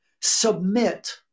submit